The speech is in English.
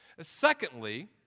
Secondly